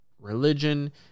religion